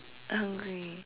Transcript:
hungry